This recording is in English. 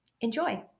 Enjoy